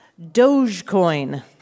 Dogecoin